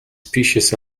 species